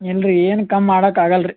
ಇಲ್ರಿ ಏನು ಕಮ್ಮಿ ಮಾಡೋಕ್ ಆಗಲ್ಲ ರೀ